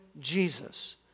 Jesus